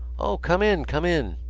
o, come in! come in!